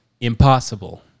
impossible